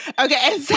Okay